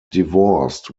divorced